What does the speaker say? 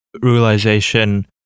realization